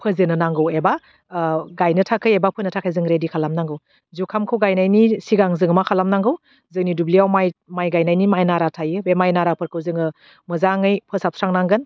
फेजेननो नांगौ एबा ओह गायनो थाखै एबा फोनो थाखाय जों रेदि खालामनांगौ जुखामखौ गायनायनि सिगां जों मा खालामनांगौ जोंनि दुब्लियाव माइ माइ गायनायनि माइ नारा थायो बे माइ नाराफोरखौ जोङो मोजाङै फोसाबस्रांनांगोन